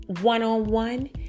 one-on-one